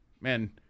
man